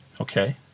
Okay